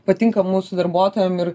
patinka mūsų darbuotojam ir